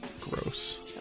Gross